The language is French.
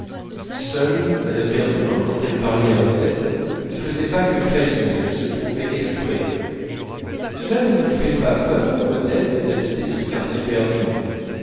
seule mme verdurin quand elle parlait à odette ne faisait pas que faillir et se trompait exprès cela ne vous fait pas peur odette d'habiter ce quartier perdu